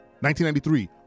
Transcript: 1993